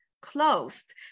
closed